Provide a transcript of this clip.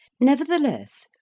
nevertheless,